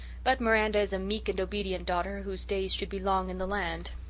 but miranda is a meek and obedient daughter whose days should be long in the land.